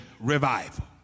revival